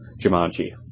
Jumanji